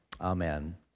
Amen